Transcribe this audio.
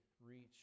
reach